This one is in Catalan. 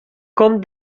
com